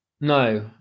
No